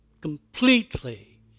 completely